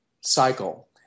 cycle